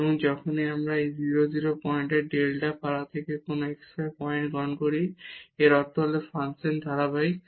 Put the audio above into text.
এবং যখনই আমরা এই 0 0 পয়েন্টের এই ডেল্টা পাড়া থেকে xy কোন পয়েন্ট গ্রহণ করি এবং এর অর্থ হল যে ফাংশনটি ধারাবাহিক